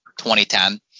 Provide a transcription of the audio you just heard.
2010